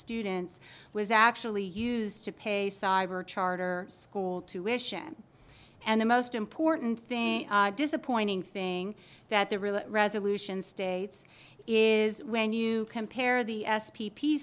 students was actually used to pay cyber charter school tuition and the most important thing disappointing thing that the real resolution states is when you compare the s p p